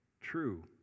true